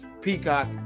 Peacock